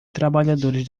trabalhadores